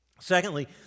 Secondly